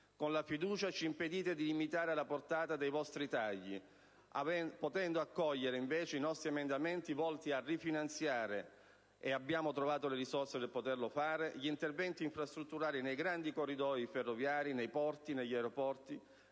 Con la fiducia ci impedite di limitare la portata di tali tagli, potendo invece accogliere i nostri emendamenti volti a rifinanziare (e abbiamo trovato le risorse per poterlo fare) gli interventi infrastrutturali nei grandi corridoi ferroviari, nei porti e negli aeroporti,